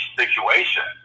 situation